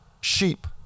sheep